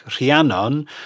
Rhiannon